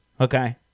Okay